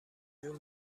جون